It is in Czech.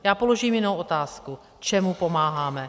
Já položím jinou otázku: Čemu pomáháme?